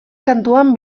kantuan